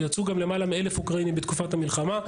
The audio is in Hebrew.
ויצאו גם למעלה מ-1,000 אוקראינים בתקופת המלחמה,